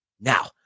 Now